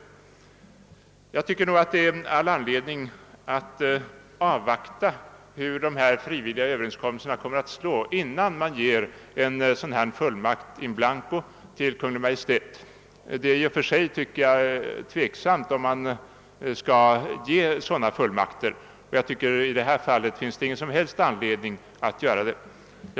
Jag tycker att det är all anledning att avvakta resultatet av dessa frivilliga överenskommelser, innan riksdagen ger en fullmakt in blanco till Kungl. Maj:t. Det är i och för sig tvivelaktigt om man skall ge sådana fullmakter, och i det här fallet finns det ingen som 'helst anledning att göra det. Herr talman!